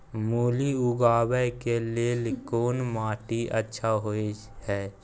मूली उगाबै के लेल कोन माटी अच्छा होय है?